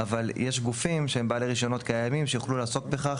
אבל יש גופים שהם בעלי רישיונות קיימים שיוכלו לעסוק בכך,